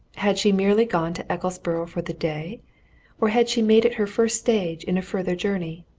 had she merely gone to ecclesborough for the day or had she made it her first stage in a further journey?